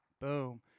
boom